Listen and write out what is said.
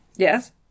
Yes